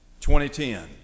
2010